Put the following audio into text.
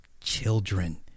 children